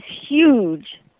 huge